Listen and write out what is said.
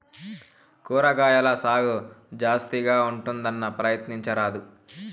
కూరగాయల సాగు జాస్తిగా ఉంటుందన్నా, ప్రయత్నించరాదూ